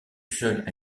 seul